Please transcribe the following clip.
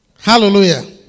Hallelujah